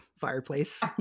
fireplace